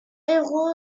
héros